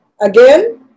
again